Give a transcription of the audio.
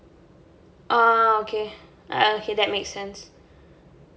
uh okay okay that makes sense